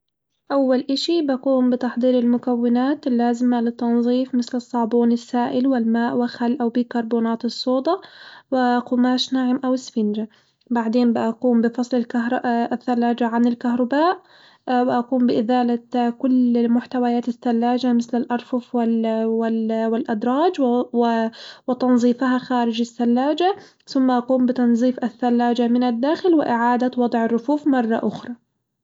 أول إشي بقوم بتحضير المكونات اللازمة للتنظيف مثل الصابون السائل والماء وخل أو بيكربونات الصودا و قماش ناعم أو إسفنجة، بعدين بقوم بفصل الكهر- الثلاجة عن الكهرباء وأقوم بإزالة كل محتويات الثلاجة مثل الأرفف وال وال-والأدراج وتنظيفها خارج الثلاجة، ثم أقوم بتنظيف الثلاجة من الداخل وإعادة وضع الرفوف مرة أخري.